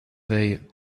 veille